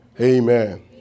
Amen